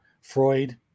Freud